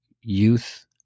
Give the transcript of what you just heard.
youth